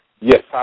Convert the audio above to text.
Yes